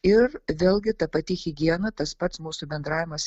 ir vėlgi ta pati higiena tas pats mūsų bendravimas